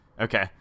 Okay